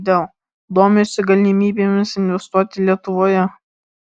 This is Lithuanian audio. dell domisi galimybėmis investuoti lietuvoje